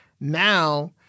now